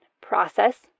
process